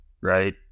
right